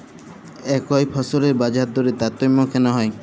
একই ফসলের বাজারদরে তারতম্য কেন হয়?